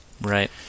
Right